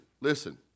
listen